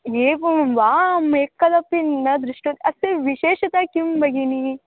एवं वामेकदापि न दृष्टः अस्य विशेषता किं भगिनी